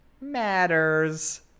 matters